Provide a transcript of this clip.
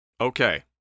Okay